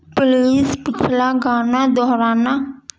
please پچھلا گانا دوہرانا